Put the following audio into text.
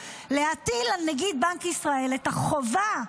להטיל על נגיד בנק ישראל את החובה,